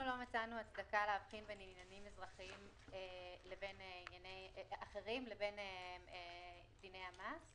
אנחנו לא מצאנו הצדקה להבחין בין עניינים אזרחיים אחרים לבין דיני המס.